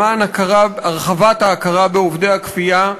למען הרחבת ההכרה בעובדי הכפייה,